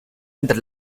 entre